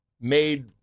made